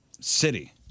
city